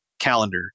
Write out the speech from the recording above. calendar